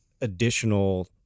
additional